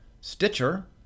Stitcher